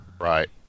right